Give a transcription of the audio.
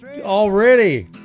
already